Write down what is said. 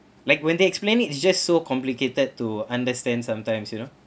like when they explained it it's just so complicated to understand sometimes you know